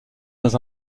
dans